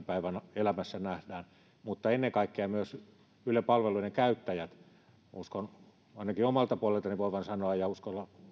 päivän elämässä nähdään mutta ennen kaikkea myös yle palveluiden käyttäjät ajattelevat uskon ainakin omasta puolestani voivani sanoa ja uskallan